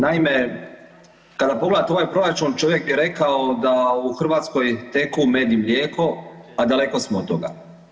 Naime, kada pogledate ovaj proračun, čovjek je rekao da u Hrvatskoj teku med i mlijeko, a daleko smo od toga.